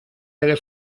hagué